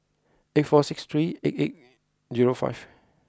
eight four six three eight eight zero five